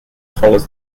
follows